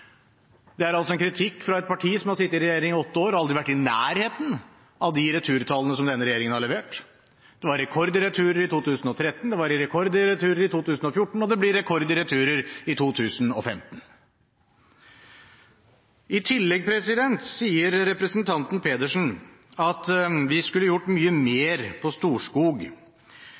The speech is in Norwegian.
Det er altså en kritikk fra et parti som har sittet i regjering i åtte år og aldri vært i nærheten av de returtallene denne regjeringen har levert. Det var rekord i returer i 2013, det var rekord i returer i 2014, og det blir rekord i returer i 2015. I tillegg sier representanten Pedersen at vi skulle gjort mye